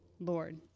Lord